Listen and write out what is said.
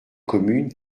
communes